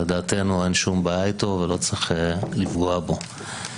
לדעתנו אין שום בעיה איתו ולא צריך לפגוע בו.